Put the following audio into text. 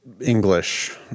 English